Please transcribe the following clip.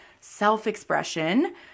self-expression